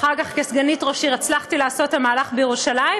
אחר כך כסגנית ראש העיר הצלחתי לעשות את המהלך בירושלים,